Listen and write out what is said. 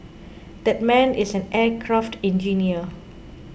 that man is an aircraft engineer